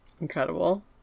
Incredible